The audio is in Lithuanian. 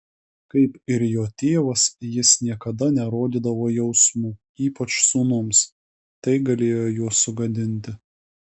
kaip ir jo tėvas jis niekada nerodydavo jausmų ypač sūnums tai galėjo juos sugadinti